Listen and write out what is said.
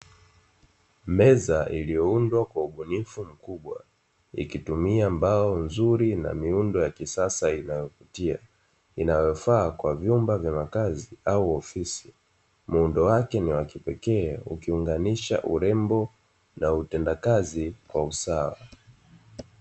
Meza iliyoundwa kwa ubunifu mkubwa ikitumia mbao nzuri na miundo ya kisasa inayovutia inayofaa kwa vyumba vya makazi au ofisi, muundo wake ni wakipekee ikiunganisha urembo na utenda kazi kwa usawa.